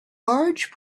large